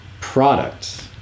product